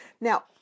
Now